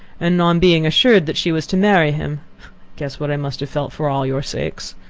and on being assured that she was to marry him guess what i must have felt for all your sakes.